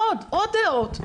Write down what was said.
עוד דעות.